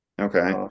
Okay